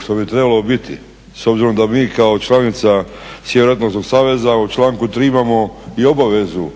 što bi trebalo biti. S obzirom da mi kao članica Sjevernoatlantskog saveza u članku 3. imamo i obavezu